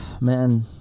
Man